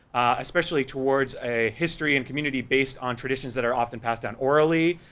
especially towards a history and community based on traditions that are often passed down orally,